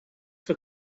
for